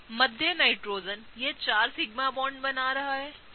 मध्य nitrogen यह चार sigma bond बना रहा है ठीक है